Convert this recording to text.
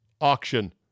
auction